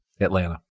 Atlanta